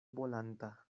bolanta